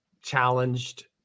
challenged